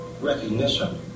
recognition